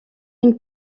une